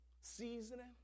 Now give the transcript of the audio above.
seasoning